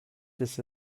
this